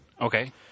Okay